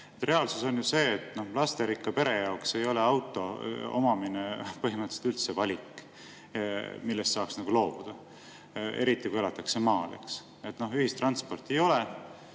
Reaalsus on ju see, et lasterikka pere jaoks ei ole auto omamine põhimõtteliselt üldse valik, millest saaks loobuda, eriti kui elatakse maal, eks. Ühistransporti ei ole